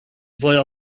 were